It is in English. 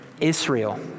Israel